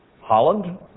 Holland